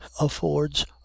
affords